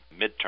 midterm